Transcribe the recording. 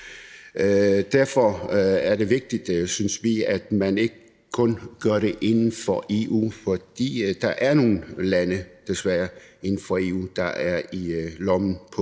Derfor er det vigtigt, synes vi, at man ikke kun gør det inden for EU, for der er nogle lande, desværre, inden for